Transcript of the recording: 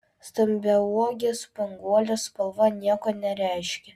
stambiauogės spanguolės spalva nieko nereiškia